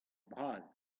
bras